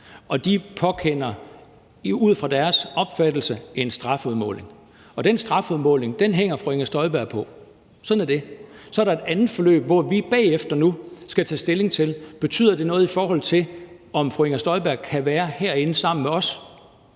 og de afsiger ud fra deres opfattelse en strafudmåling, og den strafudmåling hænger fru Inger Støjberg på. Sådan er det. Så er der et andet forløb, hvor vi nu bagefter skal tage stilling til, om det betyder noget, i forhold til om fru Inger Støjberg kan være herinde sammen med os.